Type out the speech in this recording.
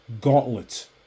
gauntlet